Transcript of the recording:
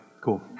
Cool